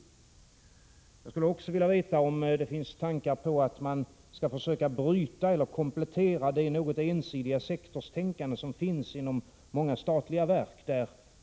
Jag skulle också vilja veta om det finns tankar på att försöka bryta eller komplettera det något ensidiga sektorstänkande som finns inom många statliga verk.